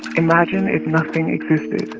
imagine if nothing existed